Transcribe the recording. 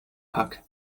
pack